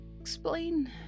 explain